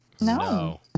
No